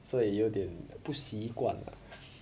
所以有点不习惯 lah